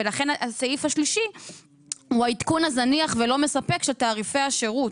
לכן הסעיף השלישי הוא העדכון הזניח ולא מספק של תעריפי השירות.